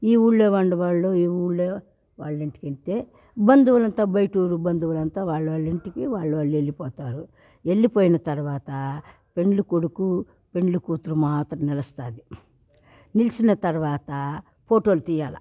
ఈ ఊళ్లో ఉండ వాళ్లు ఈ ఊళ్లో వాళ్ళింటికి వెళితే బంధువులంతా బయటూరు బంధువులంతా వాళ్లోళ్ల ఇంటికి వాళ్ళు వెళ్ళిపోతారు వెళ్ళిపోయిన తర్వాత పెండ్లికొడుకు పెళ్ళికూతురు మాత్రమే నిలుస్తుంది నిలిచిన తర్వాత ఫోటోలు తియ్యాల